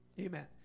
Amen